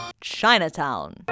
Chinatown